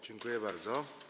Dziękuję bardzo.